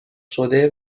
شده